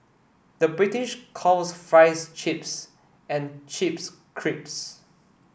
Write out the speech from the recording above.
the British calls fries chips and chips creeps